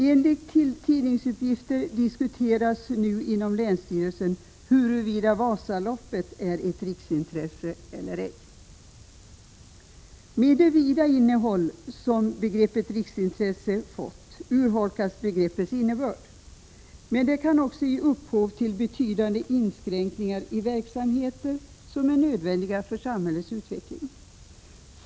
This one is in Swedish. Enligt tidningsuppgifter diskuteras nu inom länsstyrelsen huruvida Vasaloppet är ett riksintresse eller ej. Med det vida innehåll som begreppet riksintresse fått urholkas begreppets innebörd. Men det kan också ge upphov till betydande inskränkningar i verksamheter som är nödvändiga för samhällets utveckling.